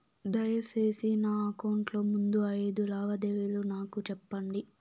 దయసేసి నా అకౌంట్ లో ముందు అయిదు లావాదేవీలు నాకు చూపండి